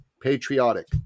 patriotic